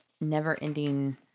never-ending